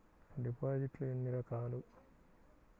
డిపాజిట్లు ఎన్ని రకాలు?